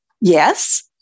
Yes